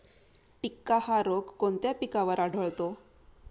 टिक्का हा रोग कोणत्या पिकावर आढळतो?